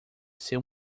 ser